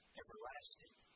everlasting